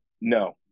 no